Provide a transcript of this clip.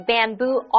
Bamboo